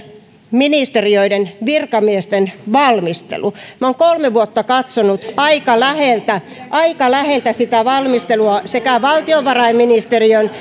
ministeriöiden virkamiesten valmistelu olen kolme vuotta katsonut aika läheltä aika läheltä sitä valmistelua sekä valtiovarainministeriön